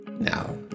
Now